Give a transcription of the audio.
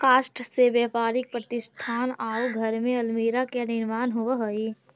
काष्ठ से व्यापारिक प्रतिष्ठान आउ घर में अल्मीरा के निर्माण होवऽ हई